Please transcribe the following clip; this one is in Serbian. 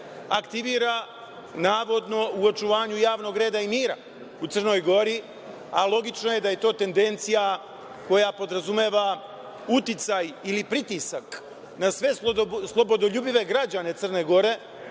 aktivira navodno u očuvanju javnog reda i mira u Crnoj Gori, a logično je da je to tendencija koja podrazumeva uticaj ili pritisak na sve slobodoljubive građane Crne Gore